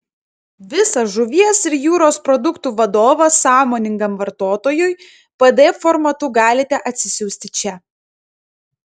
visą žuvies ir jūros produktų vadovą sąmoningam vartotojui pdf formatu galite atsisiųsti čia